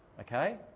okay